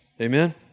Amen